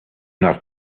not